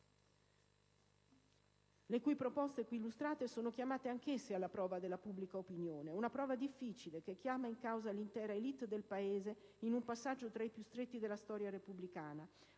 le cui proposte qui illustrate sono chiamate anch'esse alla prova della pubblica opinione. Una prova difficile, che chiama in causa l'intera *élite* del Paese in un passaggio tra i più stretti della storia repubblicana.